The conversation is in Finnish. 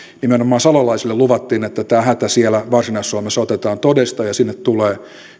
nimenomaan salolaisille luvattiin että tämä hätä siellä varsinais suomessa otetaan todesta ja sinne tulee